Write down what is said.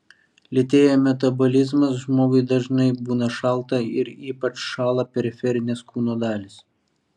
lėtėja metabolizmas žmogui dažnai būna šalta ir ypač šąla periferinės kūno dalys